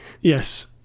Yes